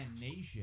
Nation